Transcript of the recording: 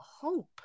hope